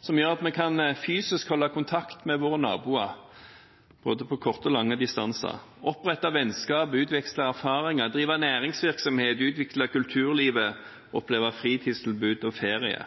som gjør at vi fysisk kan holde kontakt med våre naboer over både korte og lange distanser: opprette vennskap, utveksle erfaringer, drive næringsvirksomhet, utvikle kulturlivet, oppleve fritidstilbud og ferie.